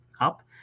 up